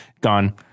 Gone